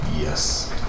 Yes